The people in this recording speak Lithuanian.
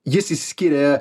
jis išskyrė